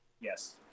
Yes